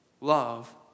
Love